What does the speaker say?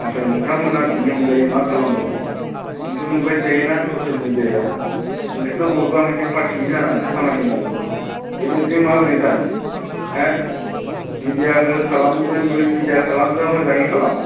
नाथाय नोंथांमोनहा बिनि अनगायै मा खालामबाय थायो जोंथ' नुबाय थायो ना ससियेल मेडियायाव नोंसोरथ' बबेबा मोनसे पार्टिनि जानानैसो खामानि मावो बेबायदिजों माबोरै जानो हो मेडियाखौ खालामनो न्युस मेडिया खालामग्रा मोजाङै खालाम